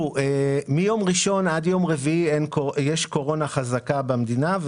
מיום ראשון עד יום רביעי יש קורונה חזקה במדינה,